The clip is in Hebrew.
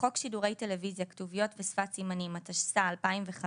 בחוק שידורי טלוויזיה (כתוביות ושפת סימנים) התשס"ה-2005,